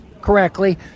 correctly